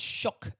shock